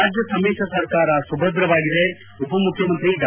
ರಾಜ್ಯ ಸಮಿಶ್ರ ಸರ್ಕಾರ ಸುಭದ್ರವಾಗಿದೆ ಉಪಮುಖ್ಯಮಂತ್ರಿ ಡಾ